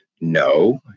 No